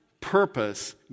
purpose